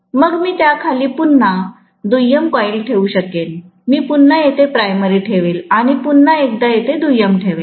मग मी त्याखाली पुन्हा दुय्यम कॉईल ठेवू शकेन मी पुन्हा येथे प्राइमरी ठेवेल आणि मी पुन्हा एकदा येथे दुय्यम ठेवेल